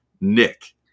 Nick